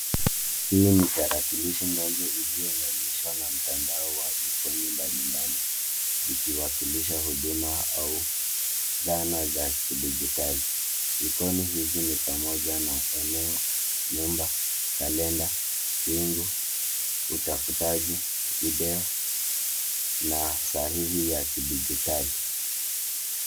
Hii ni tarakilishi ndogo iliunganishwa na mtandao, ikoni mbalimbali. Zikiwakilisha huduma au dhana za kidijitali. Ikoni hizi ni pamoja na eneo, nyumba, kalenda, wingu. Utafutaji video na sahihi ya kidijitali.